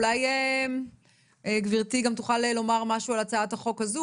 אולי גברתי תוכל לומר משהו על הצעת החוק הזו,